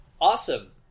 Awesome